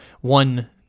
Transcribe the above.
one